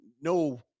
no